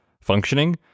functioning